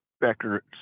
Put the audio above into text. Becker